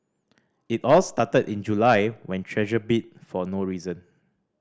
it all started in July when Treasure bit for no reason